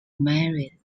married